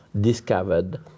discovered